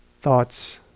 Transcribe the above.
Thoughts